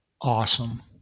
awesome